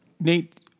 Nate